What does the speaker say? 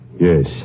Yes